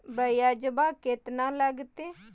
ब्यजवा केतना लगते?